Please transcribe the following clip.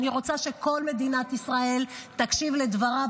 אני רוצה שכל מדינת ישראל תקשיב לדבריו,